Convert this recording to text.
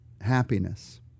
happiness